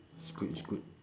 is good is good